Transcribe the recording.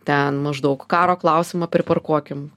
ten maždaug karo klausimą priparkuokim